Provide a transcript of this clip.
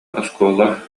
оскуола